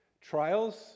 Trials